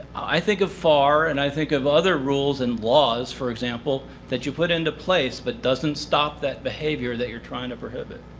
i think of far, and i think of other rules and laws, for example, that you put into place but doesn't stop that behavior you are trying to prohibit.